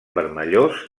vermellós